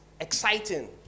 exciting